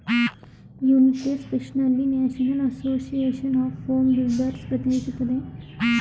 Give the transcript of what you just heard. united ಸ್ಟೇಟ್ಸ್ನಲ್ಲಿ national association of home builders ಪ್ರತಿನಿಧಿಸುತ್ತದೆ